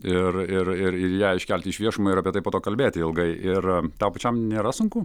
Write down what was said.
ir ir ir ir ją iškelti į viešumą ir apie tai po to kalbėti ilgai ir tau pačiam nėra sunku